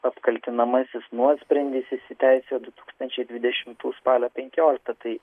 apkaltinamasis nuosprendis įsiteisėjo du tūkstančiai dvidešimtų spalio penkioliktą tai